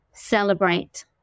celebrate